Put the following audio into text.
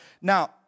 Now